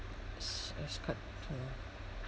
it's it's quite tough